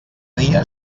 dia